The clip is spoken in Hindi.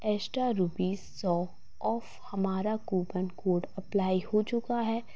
एस्टा रुपीज सौ ऑफ हमारा कूपन कोड अप्लाई हो चुका है